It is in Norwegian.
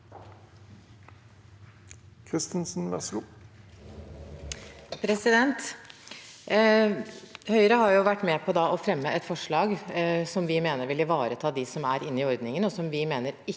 Kristensen (H) Høyre har vært med på å fremme et forslag som vi mener vil ivareta dem som er inne i ordningen